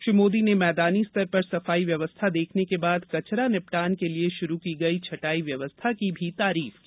श्री मोदी ने मैदानी स्तर पर सफाई व्यवस्था देखने के बाद कचरा निपटान के लिए शुरु की गई छंटाई व्यवस्था की भी जमकर तारीफ की